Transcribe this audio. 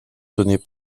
donnée